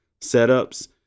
setups